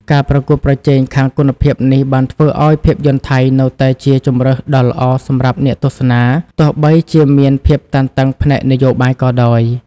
ការប្រកួតប្រជែងខាងគុណភាពនេះបានធ្វើឲ្យភាពយន្តថៃនៅតែជាជម្រើសដ៏ល្អសម្រាប់អ្នកទស្សនា ទោះបីជាមានភាពតានតឹងផ្នែកនយោបាយក៏ដោយ។